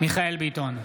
מיכאל מרדכי ביטון,